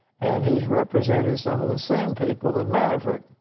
and he has represented some of the same people that manafort